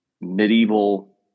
medieval